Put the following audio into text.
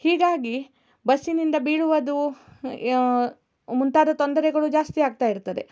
ಹೀಗಾಗಿ ಬಸ್ಸಿನಿಂದ ಬೀಳುವುದು ಮುಂತಾದ ತೊಂದರೆಗಳು ಜಾಸ್ತಿ ಆಗ್ತಾ ಇರುತ್ತದೆ